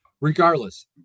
regardless